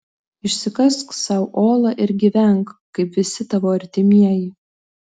išsikask sau olą ir gyvenk kaip visi tavo artimieji